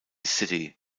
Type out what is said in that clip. city